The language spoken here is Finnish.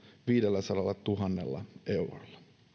viidelläsadallatuhannella eurolla